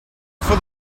for